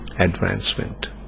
Advancement